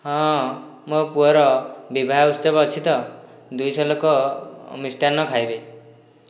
ହଁ ମୋ' ପୁଅର ବିବାହ ଉତ୍ସବ ଅଛି ତ ଦୁଇ ଶହ ଲୋକ ମିଷ୍ଟାନ୍ନ ଖାଇବେ